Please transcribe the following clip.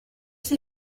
ses